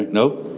nope.